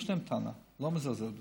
יש להם טענה, לא מזלזל בזה.